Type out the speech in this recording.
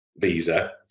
visa